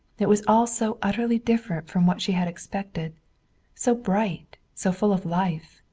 it was all so utterly different from what she had expected so bright, so full of life.